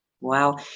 Wow